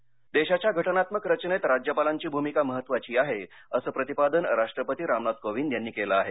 राज्यपाल परिषद देशाच्या घटनात्मक रचनेत राज्यपालांची भूमिका महत्वाची आहे असं प्रतिपादन राष्ट्रपती रामनाथ कोविंद यांनी केलं आहे